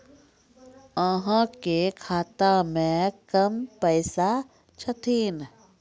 अहाँ के खाता मे कम पैसा छथिन?